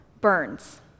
burns